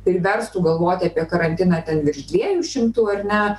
priverstų galvoti apie karantiną ten virš dviejų šimtų ar ne